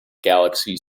galaxy